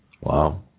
Wow